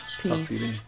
peace